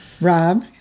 Rob